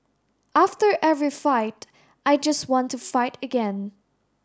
after every fight I just want to fight again